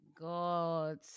God